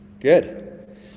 Good